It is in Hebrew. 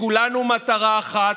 לכולנו מטרה אחת,